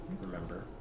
Remember